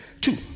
Two